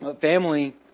family